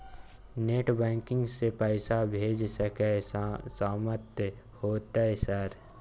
Net banking से पैसा भेज सके सामत होते सर?